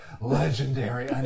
legendary